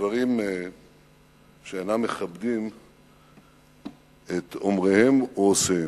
לדברים שאינם מכבדים את אומריהם או עושיהם.